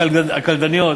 הקלדניות.